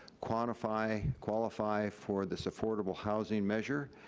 quantify, qualify for this affordable housing measure.